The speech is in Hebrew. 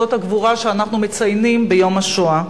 זאת הגבורה שאנחנו מציינים ביום השואה.